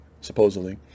supposedly